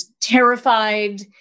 terrified